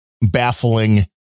baffling